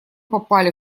попали